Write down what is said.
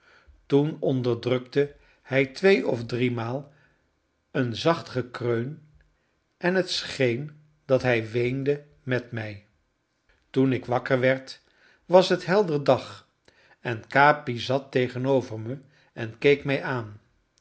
toen onderdrukte hij twee of driemaal een zacht gekreun en het scheen dat hij weende met mij toen ik wakker werd was het helder dag en capi zat tegenover me en keek mij aan